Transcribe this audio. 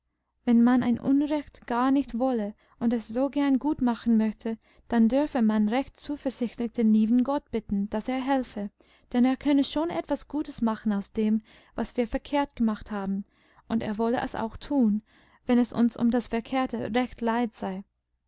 wenn man ein unrecht gar nicht wolle und es so gern gut machen möchte dann dürfe man recht zuversichtlich den lieben gott bitten daß er helfe denn er könne schon etwas gutes machen aus dem was wir verkehrt gemacht haben und er wolle es auch tun wenn es uns um das verkehrte recht leid sei